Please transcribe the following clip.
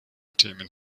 themen